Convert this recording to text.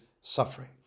suffering